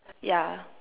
yeah